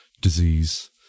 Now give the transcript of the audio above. disease